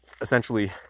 essentially